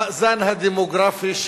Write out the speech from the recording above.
המאזן הדמוגרפי,